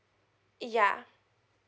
ya